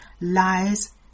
lies